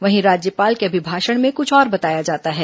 वहीं राज्यपाल के अभिभाषण में कुछ और बताया जाता है